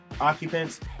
occupants